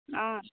অ